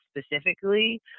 specifically